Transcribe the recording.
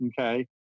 okay